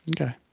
Okay